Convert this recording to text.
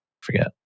forget